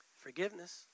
forgiveness